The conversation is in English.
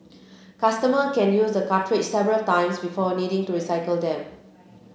customers can use the cartridges several times before needing to recycle them